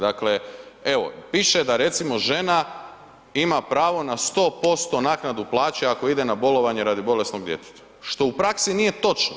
Dakle, evo piše da recimo žena ima pravo na 100% naknadu plaće ako ide na bolovanje radi bolesnog djeteta, što u praksi nije točno.